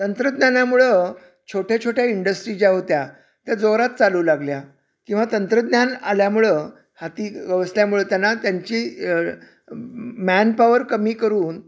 तंत्रज्ञानामुळं छोट्या छोट्या इंडस्ट्री ज्या होत्या त्या जोरात चालू लागल्या किंवा तंत्रज्ञान आल्यामुळं हाती व्यवस्थामुळं त्यांना त्यांची मॅन पॉवर कमी करून